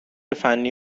فنی